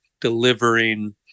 delivering